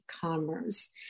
commerce